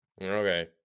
Okay